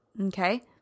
Okay